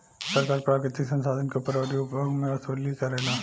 सरकार प्राकृतिक संसाधन के ऊपर अउरी उपभोग मे वसूली करेला